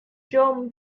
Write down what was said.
john